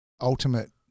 ultimate